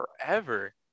forever